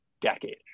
decade